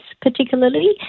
particularly